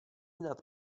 nad